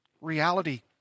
reality